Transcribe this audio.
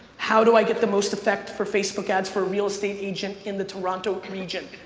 how do i get the most effect for facebook ads for a real estate agent in the toronto region,